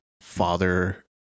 father